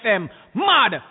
mad